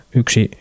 yksi